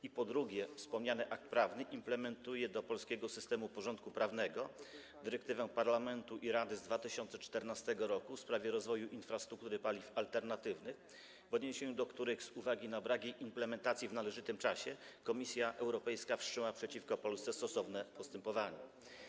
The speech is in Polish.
I po drugie, wspomniany akt prawny implementuje do polskiego porządku prawnego dyrektywę Parlamentu i Rady z 2014 r. w sprawie rozwoju infrastruktury paliw alternatywnych, w odniesieniu do której, z uwagi na brak implementacji w należytym czasie, Komisja Europejska wszczęła stosowne postępowanie.